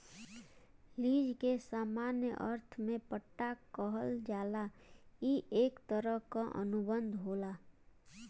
lease के सामान्य अर्थ में पट्टा कहल जाला ई एक तरह क अनुबंध होला